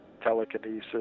telekinesis